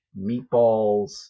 meatballs